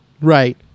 Right